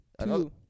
two